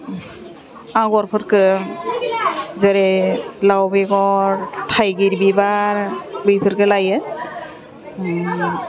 आग'रफोरखौ जेरै लाव बेगर थाइगिर बिबार बिफोरखौ लायो